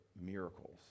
miracles